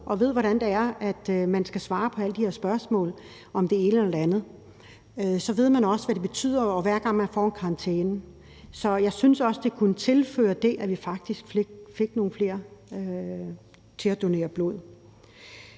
og ved, hvordan det er, når man skal svare på de her spørgsmål om det ene eller det andet, så ved man også, hvad det betyder, hver gang man får en karantæne. Så jeg mener også, at det kunne tilføre det, at vi faktisk fik nogle flere til at donere blod.